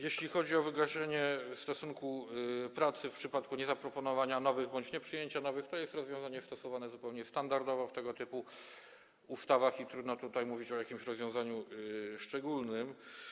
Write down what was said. Jeśli chodzi o wygaszenie stosunku pracy w wypadku niezaproponowania nowych bądź nieprzyjęcia nowych warunków, to jest to rozwiązanie stosowane zupełnie standardowo w tego typu ustawach i trudno tutaj mówić o jakimś rozwiązaniu szczególnym.